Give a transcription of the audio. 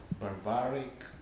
barbaric